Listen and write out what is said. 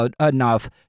enough